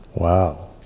wow